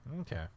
okay